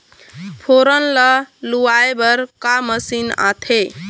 फोरन ला लुआय बर का मशीन आथे?